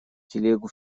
телегу